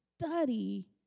study